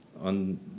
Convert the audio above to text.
on